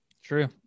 True